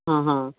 ਹਾਂ ਹਾਂ